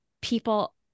people